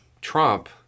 Trump